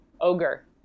ogre